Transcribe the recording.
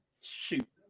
shoot